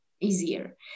easier